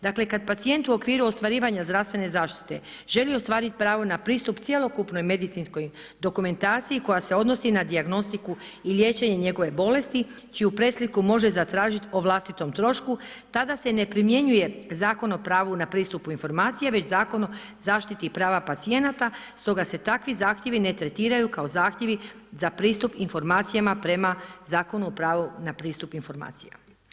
Dakle, kad pacijent u okviru ostvarivanja zdravstvene zaštite želi ostvariti pravo na pristup cjelokupne medicinskoj dokumentaciji koja se odnosi na dijagnostiku i liječenje njegove bolesti čiju presliku može zatražiti o vlastitom trošku, tada se ne primjenjuje Zakon o pravu na pristup informacija već Zakon o zaštiti prava pacijenata stoga se takvih zahtjevi ne tretiraju kao zahtjevi za pristup informacijama prema Zakonu o pravu na pristup informacijama.